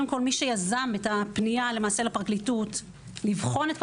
מי שיזם את הפנייה למעשה לפרקליטות לבחון את כל